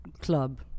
club